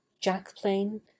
jack-plane